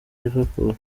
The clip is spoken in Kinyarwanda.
liverpool